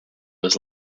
was